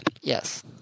Yes